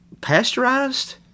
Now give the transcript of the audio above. pasteurized